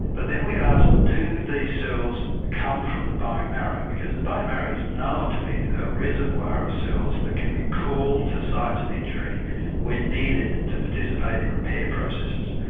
but then we ask do these cells come from the bone marrow because the bone marrow is known to be a reservoir of cells that can be called to sites of injury when needed to participate in repair processes.